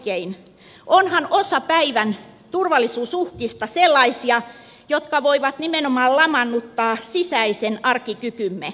tämä on oikein onhan osa tämän päivän turvallisuusuhkista sellaisia jotka voivat nimenomaan lamaannuttaa sisäisen arkikykymme